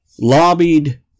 lobbied